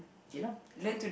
okay lor so